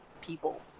people